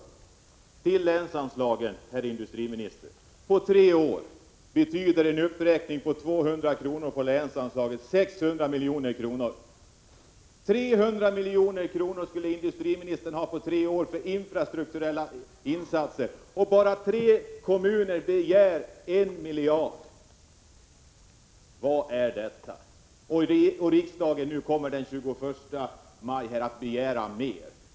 Sedan till länsanslagen, herr industriminister. En uppräkning på 200 milj. industriministern ge på tre år för infrastrukturinsatser. Och bara tre kommuner begär en miljard! Vad är detta? Och riksdagen kommer den 21 maj att begära mer.